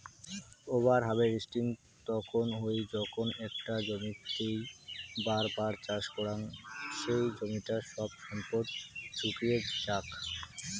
over harvesting তখন হই যখন একটা জমিতেই বার বার চাষ করাং সেই জমিটার সব সম্পদ শুষিয়ে যাক